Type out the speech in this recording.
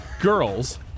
girls